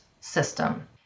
system